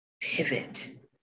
Pivot